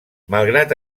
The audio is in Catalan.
malgrat